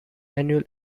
annual